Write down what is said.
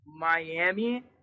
Miami